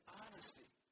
honesty